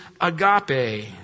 agape